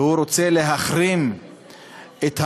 והוא רוצה להחרים את העולם,